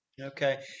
Okay